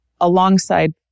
Alongside